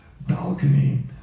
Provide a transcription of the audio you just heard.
balcony